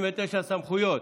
39) (סמכויות).